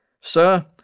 Sir